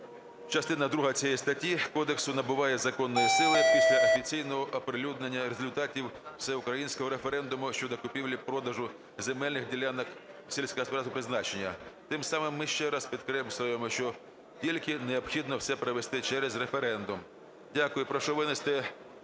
"Частина друга цієї статті кодексу набуває законної сили після офіційного оприлюднення результатів всеукраїнського референдуму щодо купівлі-продажу земельних ділянок сільськогосподарського призначення". Тим самим ми ще раз підкреслюємо, що тільки необхідно все провести через референдум. Дякую. Прошу винести